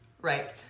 right